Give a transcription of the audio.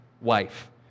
wife